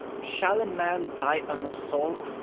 shall a man die unabsolved,